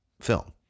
film